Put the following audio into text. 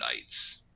Knights